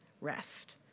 rest